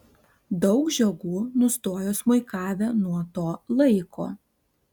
daug žiogų nustojo smuikavę nuo to laiko